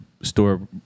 store